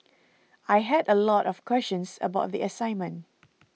I had a lot of questions about the assignment